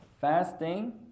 Fasting